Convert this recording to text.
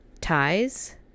ties